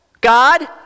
God